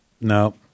no